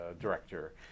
director